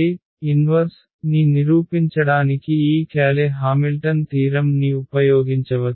A విలోమం ని నిరూపించడానికి ఈ క్యాలె హామిల్టన్ తీరం ని ఉపయోగించవచ్చు